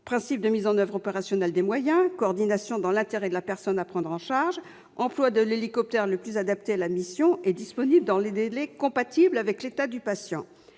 principes de mise en oeuvre opérationnelle des moyens, c'est-à-dire la coordination dans l'intérêt de la personne à prendre en charge, l'emploi de l'hélicoptère le plus adapté à la mission et disponible dans les délais compatibles avec l'état du patient